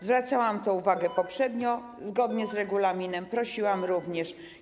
Zwracałam na to uwagę poprzednio zgodnie z regulaminem, prosiłam o to również.